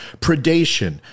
predation